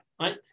Right